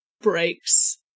breaks